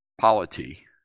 polity